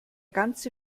ganze